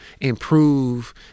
improve